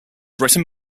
written